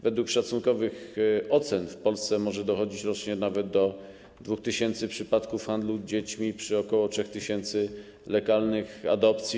Według szacunkowych ocen w Polsce może dochodzić rocznie nawet do 2 tys. przypadków handlu dziećmi przy ok. 3 tys. legalnych adopcji.